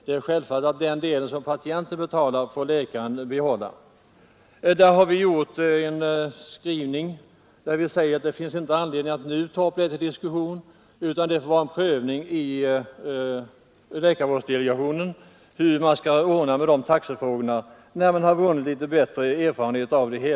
Det är självklart att läkaren får behålla den del som patienten själv betalar. Enligt utskottsmajoritetens skrivning finns det inte någon anledning att nu ta upp denna fråga till diskussion, utan dessa taxefrågor får bli föremål för prövning av läkarvårdsdelegationen när man vunnit litet mer erfarenhet.